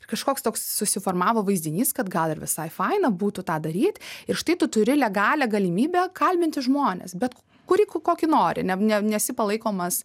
kažkoks toks susiformavo vaizdinys kad gal ir visai faina būtų tą daryt ir štai tu turi legalią galimybę kalbinti žmones bet kuri kokį nori ne nesi palaikomas